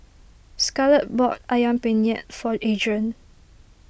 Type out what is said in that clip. Scarlett bought Ayam Penyet for Adrian